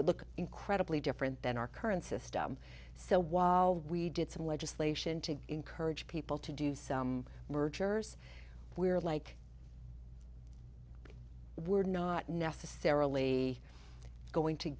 would look incredibly different than our current system so while we did some legislation to encourage people to do some mergers we're like we're not necessarily going to